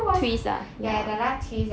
twist ah